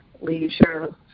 leisure